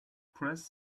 press